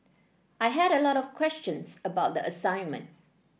I had a lot of questions about the assignment